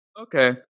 Okay